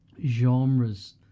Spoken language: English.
genres